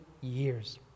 years